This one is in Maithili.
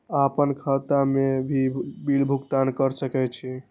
आपन खाता से भी बिल भुगतान कर सके छी?